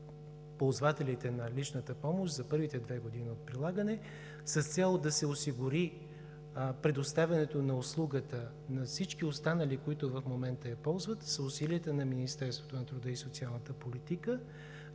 на ползвателите на личната помощ за първите две години от прилагането. С цел да се осигури предоставянето на услугата на всички останали, които в момента я ползват, са усилията на Министерството на труда и социалната политика